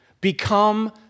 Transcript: Become